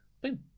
Boom